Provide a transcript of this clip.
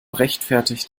rechtfertigt